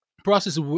process